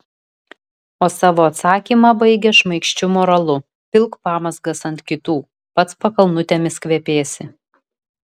o savo atsakymą baigia šmaikščiu moralu pilk pamazgas ant kitų pats pakalnutėmis kvepėsi